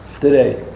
Today